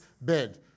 bed